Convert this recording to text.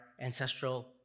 ancestral